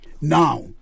Now